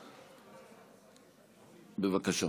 בבקשה.